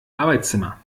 arbeitszimmer